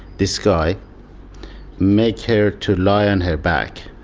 this guy make her to lie on her back,